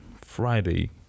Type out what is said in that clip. Friday